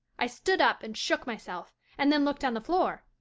i stood up and shook myself, and then looked on the floor.